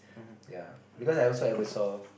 ya because I also ever saw